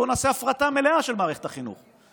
בואו נעשה הפרטה מלאה של מערכת החינוך,